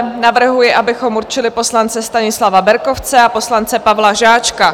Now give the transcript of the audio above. Navrhuji, abychom určili poslance Stanislava Berkovce a poslance Pavla Žáčka.